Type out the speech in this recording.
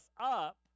up